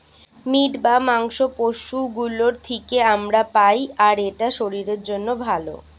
meet বা মাংস পশু গুলোর থিকে আমরা পাই আর এটা শরীরের জন্যে ভালো